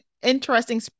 interesting